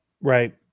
right